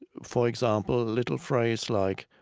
for example, a little phrase like,